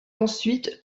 ensuite